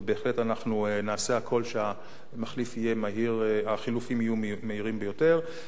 נעשה הכול כדי שהחילופין יהיו מהירים ביותר.